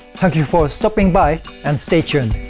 thank you for stopping by, and stay tuned.